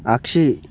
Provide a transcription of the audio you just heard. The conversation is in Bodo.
आगसि